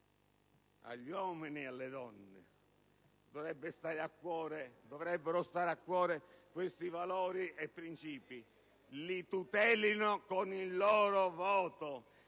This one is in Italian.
...agli uomini e alle donne dovrebbero stare a cuore questi valori e principi. Li tutelino con il loro voto.